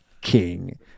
King